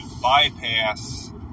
bypass